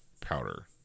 powder